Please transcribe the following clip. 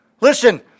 listen